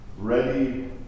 ready